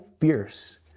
fierce